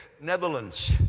Netherlands